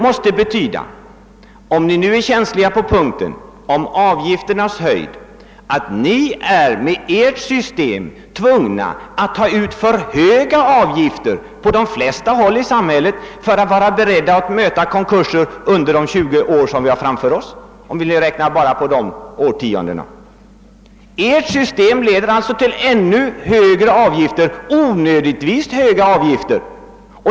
Fastän ni är känsliga beträffande avgifternas höjd är ni med ert system tvungna att ta ut för höga avgifter på de flesta håll i samhället för att vara beredda att möta konkurser under de närmaste 20 åren. Ert system leder alltså till onödigt höga avgifter.